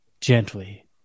Gently